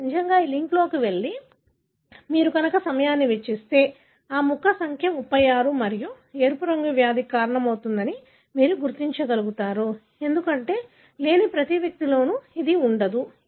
మీరు నిజంగా ఈ లింక్లోకి వెళ్లి మీరు సమయాన్ని వెచ్చిస్తే ఆ ముక్క సంఖ్య 36 మరియు ఎరుపు రంగు వ్యాధికి కారణమవుతుందని మీరు గుర్తించగలుగుతారు ఎందుకంటే లేని ప్రతి వ్యక్తిలోనూ ఇది ఉండదు